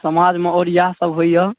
समाजमे आओर इएह सभ होइया